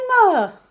Emma